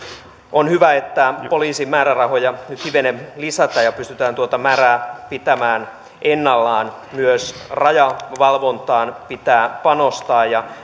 on hyvä että poliisin määrärahoja nyt hivenen lisätään ja pystytään tuota määrää pitämään ennallaan myös rajavalvontaan pitää panostaa ja